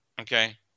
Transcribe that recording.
okay